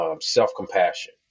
self-compassion